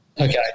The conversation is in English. Okay